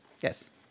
Yes